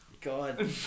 God